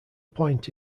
point